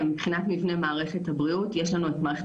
מבחינת מבנה מערכת הבריאות יש לנו את מערכת